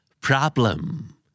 Problem